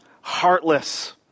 heartless